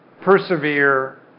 persevere